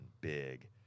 big